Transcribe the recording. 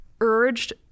urged